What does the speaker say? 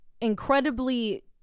incredibly